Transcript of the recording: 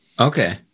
Okay